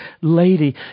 lady